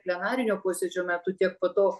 plenarinio posėdžio metu tiek po to